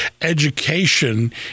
education